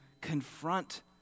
confront